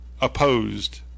opposed